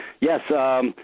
yes